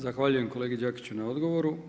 Zahvaljujem kolegi Đakiću na odgovoru.